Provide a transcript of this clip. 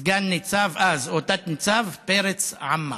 סגן ניצב אז, או תת-ניצב, פרץ עמר.